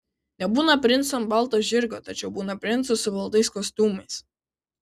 nebūna princų ant balto žirgo tačiau būna princų su baltais kostiumais